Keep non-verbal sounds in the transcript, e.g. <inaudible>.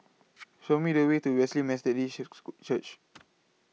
Show Me The Way to Wesley Methodist School Church <noise>